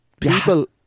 People